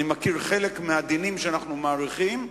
אני מכיר חלק מהדינים שאנחנו מאריכים,